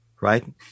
right